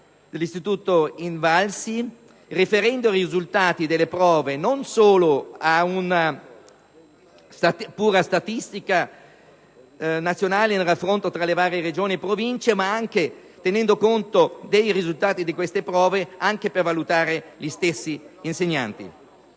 l'istituto INVALSI che riferisca i risultati delle prove non solo a una pura statistica nazionale e al raffronto alle varie Regioni e Province ma tenga conto dei risultati di queste prove anche per valutare gli stessi insegnanti.